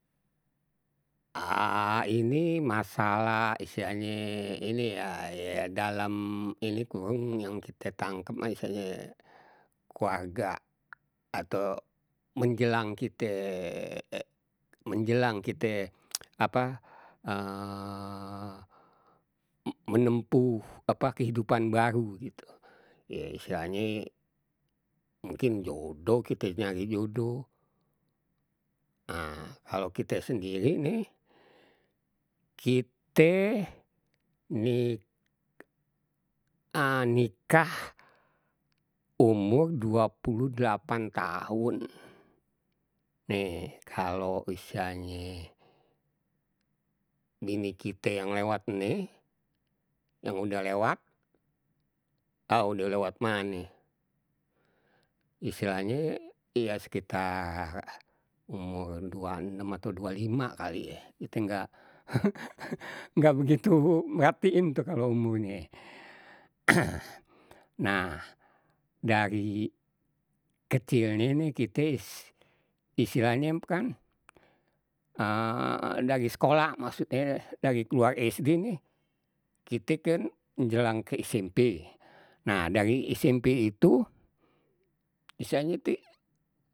ini masalah istilahnye ini ya ya dalam ya ini kurung yang kite tangkep masale keluarga, atau menjelang kite menjelang kite apa menempuh apa kehidupan baru gitu, ya istilahnye mungkin jodoh kite nyari jodoh. kalau kite sendiri nih, kite ni nikah umur dua puluh delapan tahun nih, kalau misalnye bini kite yang lewat nih, yang udah lewat au deh lewat mane istilahnye ya sekitar umur dua enem atau dua lima kali ye, kita nggak ngak begitu merhatiin tu kalau umurnye, nah dari kecilnye ni kite istilahnye kan dari sekolah maksudnye dari keluar SD nih kite kan menjelang ke smp. Nah dari SMP itu istilahnye tu.